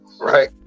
right